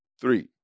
three